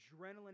adrenaline